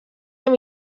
amb